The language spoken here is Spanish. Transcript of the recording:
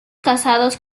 casados